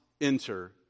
enter